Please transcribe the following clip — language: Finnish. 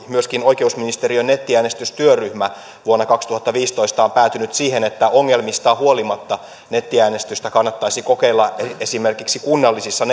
myöskin oikeusministeriön nettiäänestystyöryhmä vuonna kaksituhattaviisitoista on päätynyt siihen että ongelmistaan huolimatta nettiäänestystä kannattaisi kokeilla esimerkiksi kunnallisissa